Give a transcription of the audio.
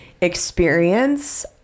experience